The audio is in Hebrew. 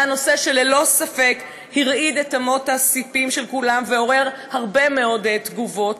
זה הנושא שללא ספק הרעיד את אמות הספים של כולם ועורר הרבה מאוד תגובות.